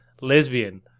lesbian